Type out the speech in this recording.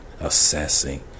assessing